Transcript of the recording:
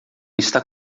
está